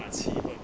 拿七分